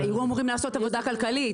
היו אמורים לעשות עבודה כלכלית.